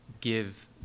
give